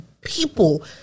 people